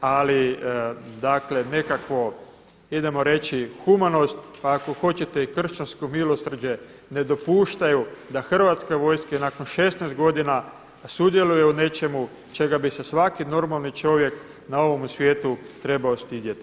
Ali dakle nekakvo idemo reći humanost, pa ako hoćete i kršćansko milosrđe ne dopuštaju da Hrvatske vojske nakon 16 godina sudjeluju u nečemu čega bi se svaki normalni čovjek na ovome svijetu trebao stidjeti.